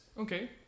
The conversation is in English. Okay